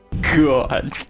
God